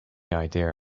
idea